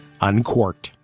Uncorked